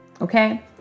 Okay